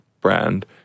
brand